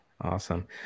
Awesome